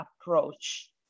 approach